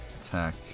Attack